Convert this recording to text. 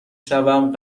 شوم